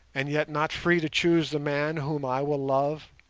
and yet not free to choose the man whom i will love?